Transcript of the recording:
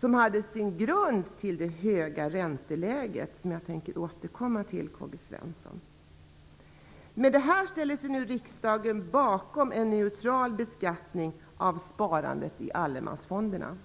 Detta hade sin grund i det höga ränteläget, och det tänker jag återkomma till, Karl-Gösta Svensson. Med detta ställer sig riksdagen nu bakom en neutral beskattning av sparandet i allemansfonderna.